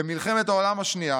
"במלחמת העולם השנייה